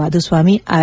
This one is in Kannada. ಮಾಧುಸ್ವಾಮಿ ಆರ್